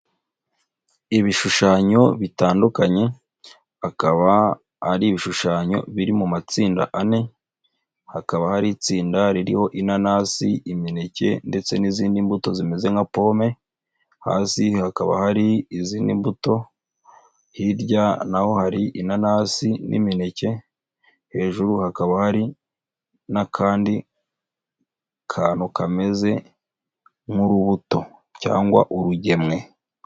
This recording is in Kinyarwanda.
Ibishushanyo bitandukanye, akaba ari ibishushanyo biri mu matsinda ane, hakaba hari itsinda ririho inanasi, imineke ndetse n'izindi mbuto zimeze nka pome, hasi hakaba hari izindi mbuto, hirya na ho hari inanasi n' imineke, hejuru hakaba hari n'akandi kantu kameze nk'urubuto cyangwa urugemwe.